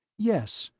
yes.